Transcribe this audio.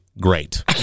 great